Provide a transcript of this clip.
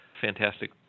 fantastic